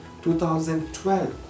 2012